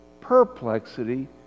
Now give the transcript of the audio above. perplexity